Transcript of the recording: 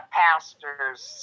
pastors